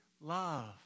love